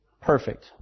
Perfect